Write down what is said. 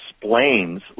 explains